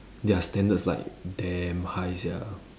their standards like damn high sia